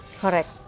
Correct